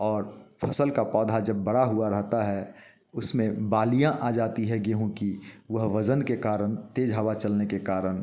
और फसल का पौधा जब बड़ा हुआ रहता है उसमें बालियाँ आ जाती है गेहूँ कि वह वज़न के कारण तेज हवा चलने के कारण